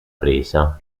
presa